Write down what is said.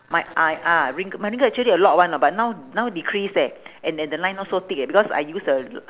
my I ah wrink~ my wrinkle actually a lot [one] know but now now decrease leh and and the line not so thick eh because I use the